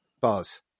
Buzz